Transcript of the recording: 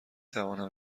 توانم